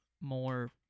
more